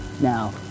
Now